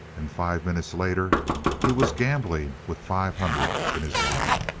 and five minutes later he was gambling with five hundred in his wallet.